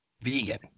vegan